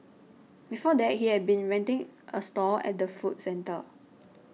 before that he had been renting a stall at the food centre